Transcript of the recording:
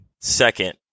second